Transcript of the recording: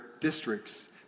districts